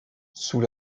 sous